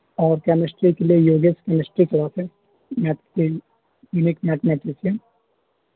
اور کیمسٹری کے لیے یہ گیس کیمسٹری کے وہ ہے میتھ کے یونک میکنکس ہے